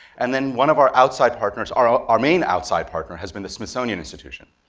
and then one of our outside partners, our ah our main outside partner, has been the smithsonian institution.